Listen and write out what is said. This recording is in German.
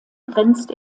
grenzt